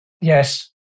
Yes